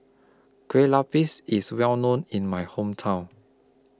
Kue Lupis IS Well known in My Hometown